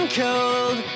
cold